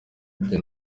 njye